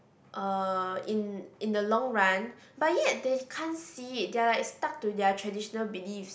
uh in in the long run but yet they can't see it they're like stuck to their traditional belief